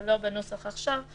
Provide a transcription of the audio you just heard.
אבל לא בנוסח עכשיו,